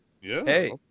hey